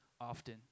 often